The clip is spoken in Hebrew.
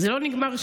זה לא נגמר שם,